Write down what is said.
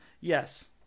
Yes